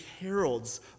heralds